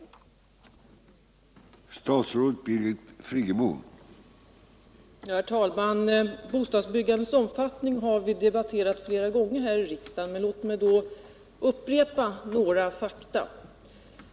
Torsdagen den